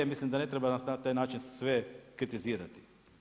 Mislim da ne treba danas na taj način sve kritizirati.